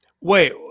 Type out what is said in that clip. wait